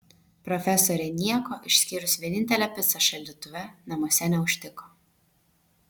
profesorė nieko išskyrus vienintelę picą šaldytuve namuose neužtiko